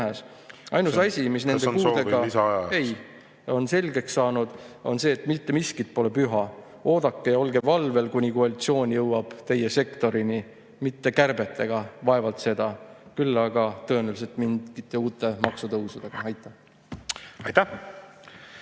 Ainus asi, mis neile on selgeks saanud, on see, et mitte miski pole püha. Oodake ja olge valvel, kuni koalitsioon jõuab teie sektorini – mitte kärbetega, vaevalt seda, küll aga tõenäoliselt mingite uute maksutõusudega. Aitäh!